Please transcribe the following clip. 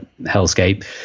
hellscape